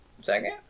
second